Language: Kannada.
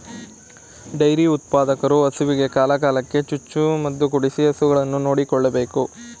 ಡೈರಿ ಉತ್ಪಾದಕರು ಹಸುವಿಗೆ ಕಾಲ ಕಾಲಕ್ಕೆ ಚುಚ್ಚು ಮದುಕೊಡಿಸಿ ಹಸುಗಳನ್ನು ನೋಡಿಕೊಳ್ಳಬೇಕು